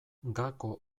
gako